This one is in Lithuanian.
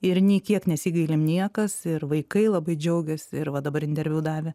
ir nei kiek nesigailim niekas ir vaikai labai džiaugiasi ir va dabar interviu davė